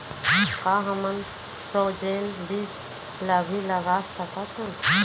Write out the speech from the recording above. का हमन फ्रोजेन बीज ला भी लगा सकथन?